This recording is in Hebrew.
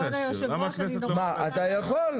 אתה יכול.